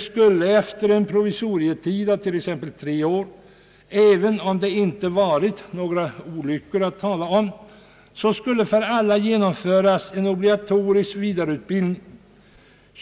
skulle efter en provisorisk tid av t.ex. tre år, även om inga olyckor att tala om förekommit, genomföras en obligatorisk vidareutbildning.